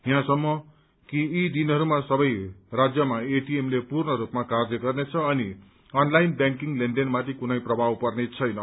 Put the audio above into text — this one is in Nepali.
यहाँसम्म कि यी दिनहरूमा सबै राज्यमा एटीएम पूर्ण रूपमा कार्य गर्नेछ अनि अनलाइन ब्यांकिंग लेनदेनमाथि कुनै प्रभाव पर्नेछैन